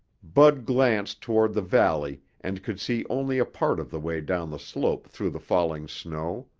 bud glanced toward the valley and could see only a part of the way down the slope through the falling snow.